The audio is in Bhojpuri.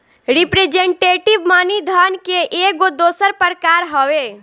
रिप्रेजेंटेटिव मनी धन के एगो दोसर प्रकार हवे